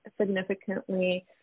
significantly